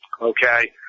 okay